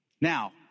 Now